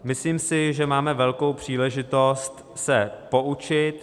Myslím si, že máme velkou příležitost se poučit.